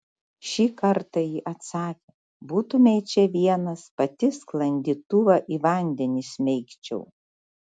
šį kartąjį atsakė būtumei čia vienas pati sklandytuvą į vandenį smeigčiau